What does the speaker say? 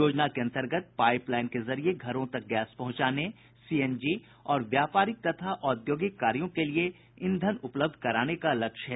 योजना के अंतर्गत पाईप लाईन के जरिए घरों तक गैस पहुंचाने सीएनजी और व्यापारिक तथा औद्योगिक कार्यों के लिए ईंधन उपलब्ध कराने का लक्ष्य है